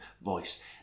voice